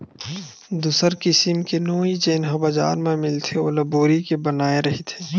दूसर किसिम के नोई जेन ह बजार म मिलथे ओला बोरी के बनाये रहिथे